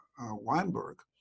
Weinberg